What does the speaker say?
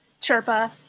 Chirpa